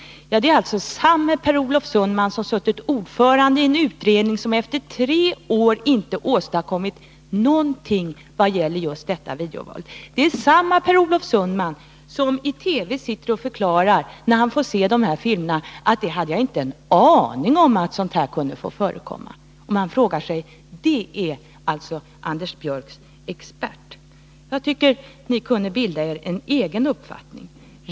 Det är samme Per Olof Sundman som suttit ordförande i en utredning som efter tre år inte åstadkommit någonting vad gäller detta videovåld. Det är samme Per Olof Sundman som i TV sitter och förklarar, när han får se de här filmerna: Jag hade inte en aning om att sådant här kunde få förekomma. Det är alltså Anders Björcks expert! Jag tycker att ni kunde bilda er en egen uppfattning.